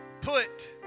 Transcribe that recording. put